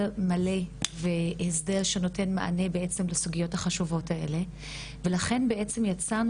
מלא והסדר שנותן מענה לסוגיות החשובות האלה ולכן בעצם יצאנו